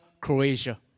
Croatia